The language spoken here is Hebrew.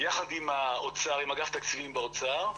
יחד עם אגף תקציבים באוצר,